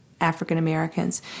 African-Americans